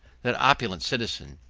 that opulent citizen,